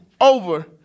over